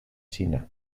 xina